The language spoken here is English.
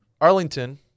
Arlington